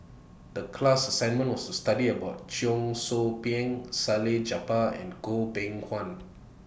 The class assignment was to study about Cheong Soo Pieng Salleh Japar and Goh Beng Kwan